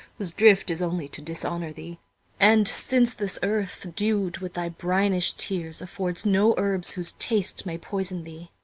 whose drift is only to dishonour thee and, since this earth, dew'd with thy brinish tears, affords no herbs whose taste may poison thee,